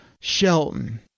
Shelton